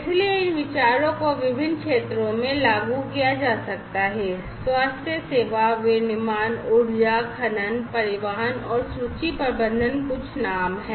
इसलिए इन विचारों को विभिन्न क्षेत्रों में लागू किया जा सकता है स्वास्थ्य सेवा विनिर्माण ऊर्जा खनन परिवहन और सूची प्रबंधन कुछ नाम हैं